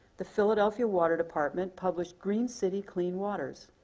the philadelphia water department published green city, clean waters,